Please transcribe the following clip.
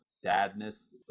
Sadness